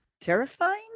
terrifying